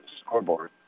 scoreboard